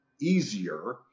easier